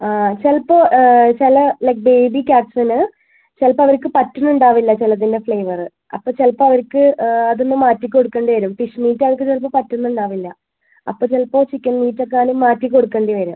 ചിലപ്പോൾ ചില like baby ക്യാറ്റ്സിൽ ചിലപ്പോൾ അവർക്ക് പറ്റുന്നുണ്ടാവില്ല ചിലതിൻ്റെ ഫ്ലേവർ അപ്പോൾ ചിലപ്പോൾ അവർക്ക് അതൊന്ന് മാറ്റി കൊടുക്കേണ്ടി വരും ഫിഷ് മീറ്റ് അവൾക്ക് ചിലപ്പോൾ പറ്റുന്നുണ്ടാവില്ല അപ്പോൾ ചിലപ്പോൾ ചിക്കൻ മീറ്റ് എങ്ങാനും മാറ്റി കൊടുക്കേണ്ടി വരും